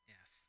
Yes